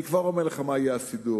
אני כבר אומר לך מה יהיה הסידור: